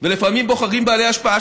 ולפעמים בוחרים בעלי השפעה,